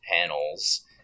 panels